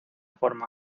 forma